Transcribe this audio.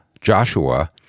Joshua